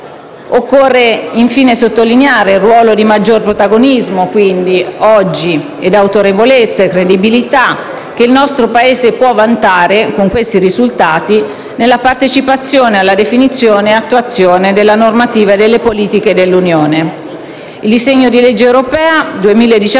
Occorre infine sottolineare il ruolo di maggior protagonismo, autorevolezza e credibilità che oggi il nostro Paese può vantare, con questi risultati, nella partecipazione alla definizione e all'attuazione della normativa e delle politiche dell'Unione. Il disegno di legge europea 2017